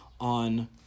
on